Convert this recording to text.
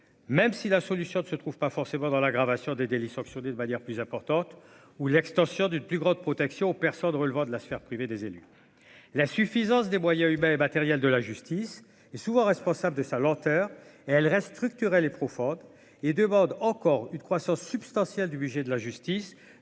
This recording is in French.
même si la solution ne se trouve pas forcément dans l'aggravation des délits sanctionnés de manière plus importante ou l'extension d'une plus grande protection aux personnes relevant de la sphère privée des élus la suffisance des moyens humains et matériels de la justice et souvent responsable de sa lenteur et elle reste structurelle et profonde et demande encore une croissance substantielle du budget de la justice